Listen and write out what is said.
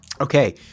Okay